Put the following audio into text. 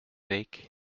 week